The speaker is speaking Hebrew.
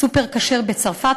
"היפר כשר" בצרפת,